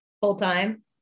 full-time